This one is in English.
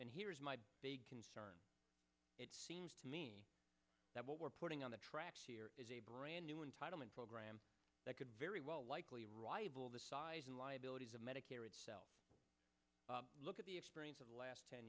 and here's my big concern it seems to me that what we're putting on the track is a brand new entitlement program that could very well likely rival the size and liabilities of medicare itself look at the experience of the last ten